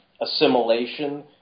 assimilation